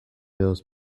those